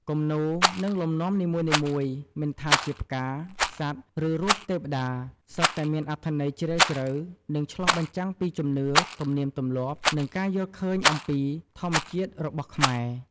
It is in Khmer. គំនូរ និងលំនាំនីមួយៗមិនថាជាផ្កា សត្វ ឬរូបទេវតា សុទ្ធតែមានអត្ថន័យជ្រាលជ្រៅ និងឆ្លុះបញ្ចាំងពីជំនឿ ទំនៀមទម្លាប់ និងការយល់ឃើញអំពីធម្មជាតិរបស់ខ្មែរ។